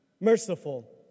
merciful